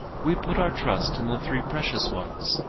we put our trust in the three precious ones.